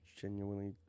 genuinely